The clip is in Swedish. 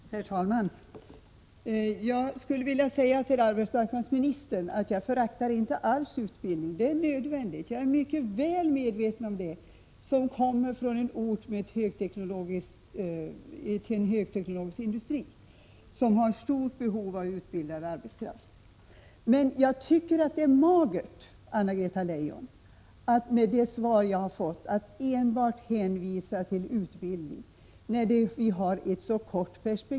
Herr talman! Jag skulle vilja säga till arbetsmarknadsministern att jag inte alls föraktar utbildning. Utbildning är nödvändig. Jag är mycket väl medveten om det, eftersom jag kommer från en ort med en högteknologisk industri, som har stort behov av utbildad arbetskraft. Men jag tycker att det är magert, Anna-Greta Leijon, att det i det svar jag fått enbart hänvisas till utbildning, när perspektivet är så kort.